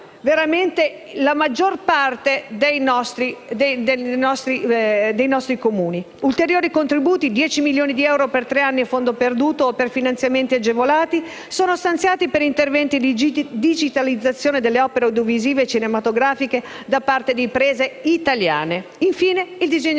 veramente la maggior parte nel nostro territorio nazionale. Ulteriori contributi, 10 milioni di euro per tre anni a fondo perduto o per finanziamenti agevolati, sono stanziati per interventi di digitalizzazione delle opere audiovisive e cinematografiche da parte di imprese italiane. Infine, il disegno